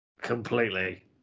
Completely